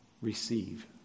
receive